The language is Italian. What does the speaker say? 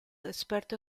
esperto